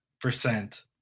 percent